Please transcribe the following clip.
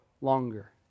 longer